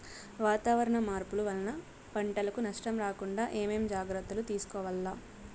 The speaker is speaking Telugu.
వాతావరణ మార్పులు వలన పంటలకు నష్టం రాకుండా ఏమేం జాగ్రత్తలు తీసుకోవల్ల?